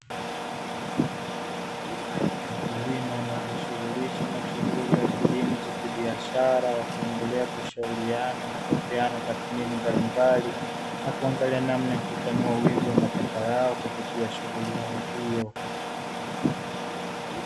Wakulima wanaojishughulisha na shughuli ya kilimo cha kibiashara, wakiendelea kushauriana na kupeana tathmini mbalimbali, na kuangalia namna ya kutanua wigo wa mapato yao, kupitia shughuli yao hiyo.